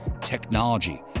technology